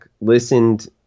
listened